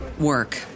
work